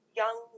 young